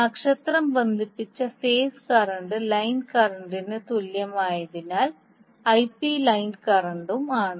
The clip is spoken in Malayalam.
നക്ഷത്രം ബന്ധിപ്പിച്ച ഫേസ് കറന്റ് ലൈൻ കറന്റിന് തുല്യമായതിനാൽ ഐപി ലൈൻ കറന്റും ആണ്